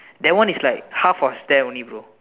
that one is like half of that only bro